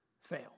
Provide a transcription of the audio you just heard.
fail